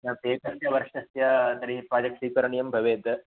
एकस्य वर्षस्य तर्हि प्राजेक्ट् स्वीकरणीयं भवेत्